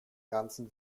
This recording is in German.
ganzen